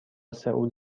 سئول